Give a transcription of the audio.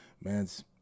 man's